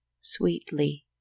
sweetly